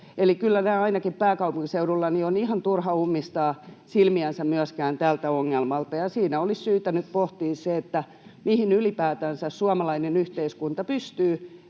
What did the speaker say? ainakin pääkaupunkiseudulla on ihan turha ummistaa silmiänsä myöskään tältä ongelmalta. Siinä olisi syytä nyt pohtia sitä, mihin ylipäätänsä suomalainen yhteiskunta pystyy